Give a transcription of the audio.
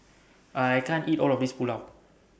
I can't eat All of This Pulao